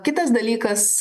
kitas dalykas